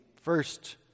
first